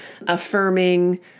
affirming